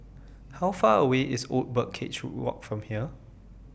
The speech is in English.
How Far away IS Old Birdcage Walk from here